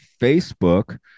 Facebook